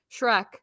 Shrek